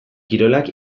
kirolak